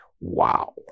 Wow